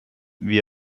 wie